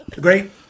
great